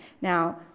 Now